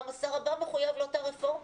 גם השר הבא מחויב לאותה רפורמה.